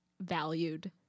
valued